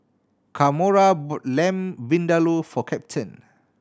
Kamora bought Lamb Vindaloo for Captain